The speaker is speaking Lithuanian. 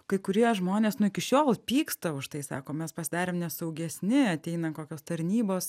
kai kurie žmonės nu iki šiol pyksta už tai sako mes pasidarėm nesaugesni ateina kokios tarnybos